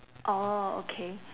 orh okay